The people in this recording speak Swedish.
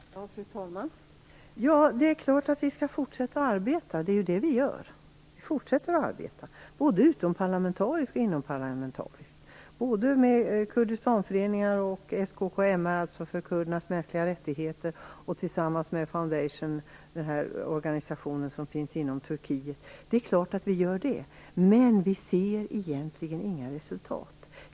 Fru talman! Det är klart att vi skall fortsätta att arbeta, vilket vi också gör både utomparlamentariskt och inomparlamentariskt. Det gäller både med Kurdistanföreningar och SKKMR för kurdernas mänskliga rättigheter samt tillsammans med den turkiska organisationen Human Rights Foundation of Turkey. Men vi ser egentligen inga resultat.